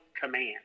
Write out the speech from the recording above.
Command